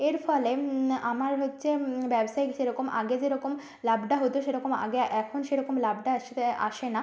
এর ফলে আমার হচ্ছে ব্যবসায়িক যেরকম আগে যেরকম লাভটা হতো সেরকম আগে এখন সেরকম লাভটা আসে না